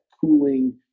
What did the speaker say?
cooling